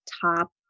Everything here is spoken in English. top